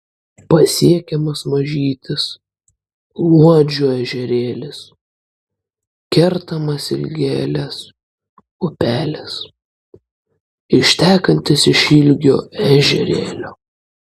pasiekiamas mažytis luodžio ežerėlis kertamas ilgelės upelis ištekantis iš ilgio ežerėlio